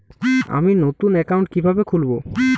আমি নতুন অ্যাকাউন্ট কিভাবে খুলব?